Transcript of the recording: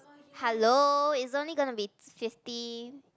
hello it's only gonna be fifty